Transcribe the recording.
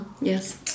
yes